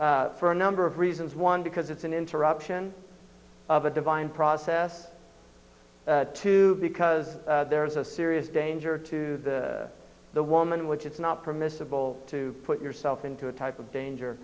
for a number of reasons one because it's an interruption of a divine process too because there is a serious danger to the the woman which is not permissible to put yourself into a type of danger